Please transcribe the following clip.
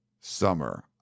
summer